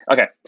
Okay